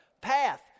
path